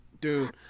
Dude